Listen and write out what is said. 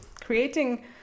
creating